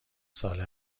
ساله